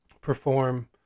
perform